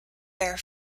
their